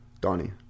Donnie